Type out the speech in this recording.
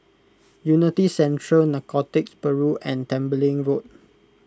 Unity Central Narcotics Bureau and Tembeling Road